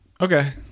Okay